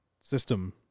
system